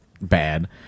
bad